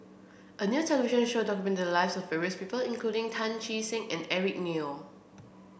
a new television show documented the lives of various people including Tan Che Sang and Eric Neo